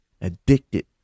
addicted